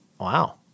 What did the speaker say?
wow